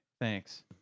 Thanks